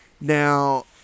Now